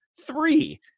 three